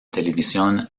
televisión